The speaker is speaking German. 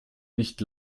nicht